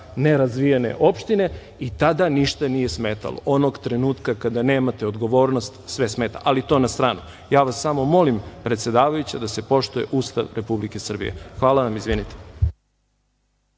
nerazvijene opštine i tada ništa nije smetalo. Onog trenutka kada nemate odgovornost sve smeta, ali to na stranu. Ja vas samo molim predsedavajuća da se poštuje Ustav Republike Srbije. Hvala. **Marina